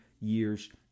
years